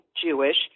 Jewish